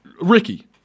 Ricky